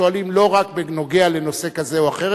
שואלים לא רק בנוגע לנושא כזה או אחר,